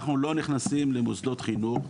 אנחנו לא נכנסים למוסדות חינוך,